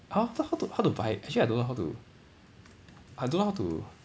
!huh! how to how to buy actually I don't know how to I don't know how to